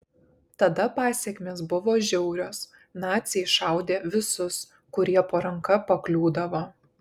tada pasekmės buvo žiaurios naciai šaudė visus kurie po ranka pakliūdavo